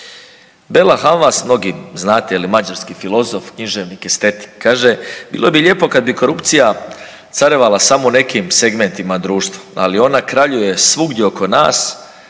Bela Hamvas mnogi znate, mađarski filozof, književnik, estetik kaže „Bilo bi lijepo kad bi korupcija carevala samo u nekim segmentima društva, ali ona kraljuje svugdje oko nas,